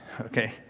Okay